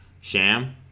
Sham